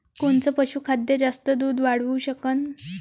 कोनचं पशुखाद्य जास्त दुध वाढवू शकन?